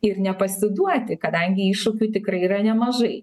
ir nepasiduoti kadangi iššūkių tikrai yra nemažai